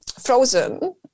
frozen